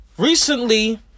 Recently